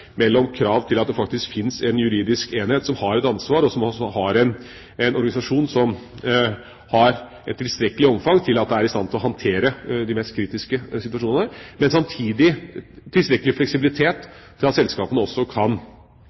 mellom krav til at det finnes en juridisk enhet som har et ansvar, og som også har en organisasjon som har et tilstrekkelig omfang til at den er i stand til å håndtere de mest kritiske situasjoner, og samtidig tilstrekkelig fleksibilitet til at selskapene også kan